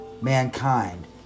mankind